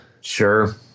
Sure